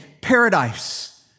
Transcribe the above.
paradise